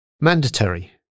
Mandatory